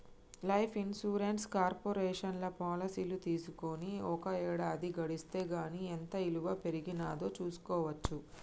life insurance కార్పొరేషన్లో పాలసీలు తీసుకొని ఒక ఏడాది గడిస్తే గానీ ఎంత ఇలువ పెరిగినాదో చూస్కోవచ్చు